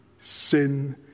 sin